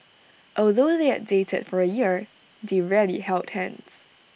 although they had dated for A year they rarely held hands